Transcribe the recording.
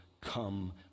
come